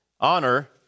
Honor